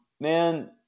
Man